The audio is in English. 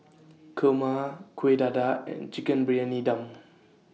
Kurma Kuih Dadar and Chicken Briyani Dum